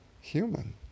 human